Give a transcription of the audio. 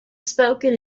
spoken